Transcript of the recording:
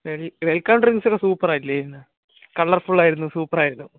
well welcome drinks ഒക്കെ super ആയിട്ടുള്ള colourful ആയിരുന്നു സൂപ്പർ ആയിരുന്നു